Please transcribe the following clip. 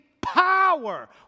power